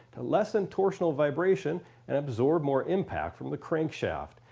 to lesson tortional vibration and absorb more impact from the crank shaft.